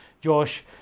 Josh